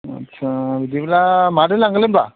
आच्चा बिदिब्ला माजों लांगोनलै होनबा